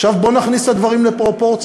עכשיו, בואו נכניס את הדברים לפרופורציה,